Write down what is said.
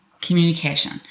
communication